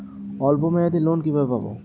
অল্প মেয়াদি লোন কিভাবে পাব?